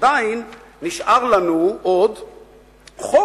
עדיין נשאר לנו עוד חוק.